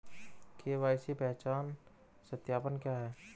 KYC पहचान सत्यापन क्या है?